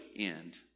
end